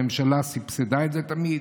הממשלה סבסדה את זה תמיד.